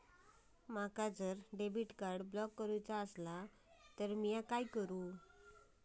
माका जर debit card block करूचा असला तर मी काय करू?